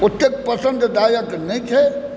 ओतेक पसन्ददायक नहि छै